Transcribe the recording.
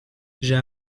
j’ai